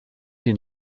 den